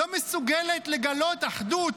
לא מסוגלת לגלות אחדות,